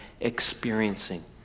experiencing